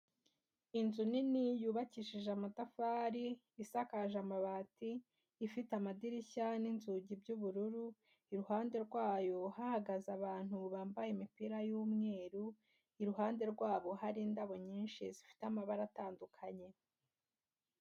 Inzu nini yubakishije amatafari isakaje amabati, ifite amadirishya n'inzugi by'ubururu, iruhande rwayo hahagaze abantu bambaye imipira y'umweru, iruhande rwabo hari indabo nyinshi zifite amabara atandukanye.